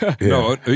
No